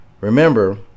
Remember